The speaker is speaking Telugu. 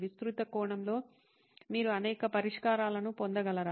విస్తృత కోణంలో మీరు అనేక పరిష్కారాలను పొందగలరా